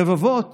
רבבות